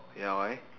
ya why